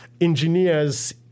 engineers